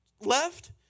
left